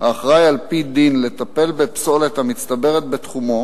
האחראי על-פי דין לטפל בפסולת המצטברת בתחומו,